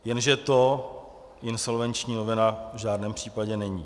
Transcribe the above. Jenže to insolvenční novela v žádném případě není.